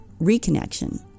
reconnection